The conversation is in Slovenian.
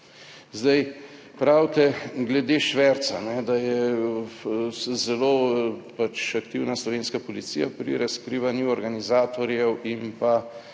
Zdaj, pravite glede šverca, da je zelo pač aktivna slovenska policija pri razkrivanju organizatorjev in pa